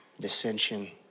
dissension